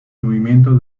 movimiento